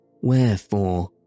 Wherefore